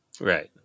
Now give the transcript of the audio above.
Right